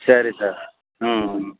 சரி சார் ம்